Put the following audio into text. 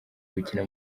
gukina